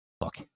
look